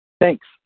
Thanks